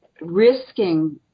risking